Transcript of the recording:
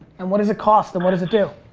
and what does it cost, and what does it do?